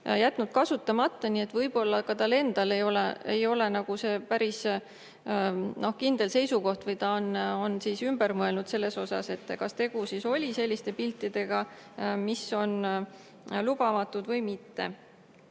jätnud kasutamata. Nii et võib-olla tal endal ei ole päris kindlat seisukohta või ta on ümber mõelnud selles osas, kas tegu oli selliste piltidega, mis on lubamatud või mitte.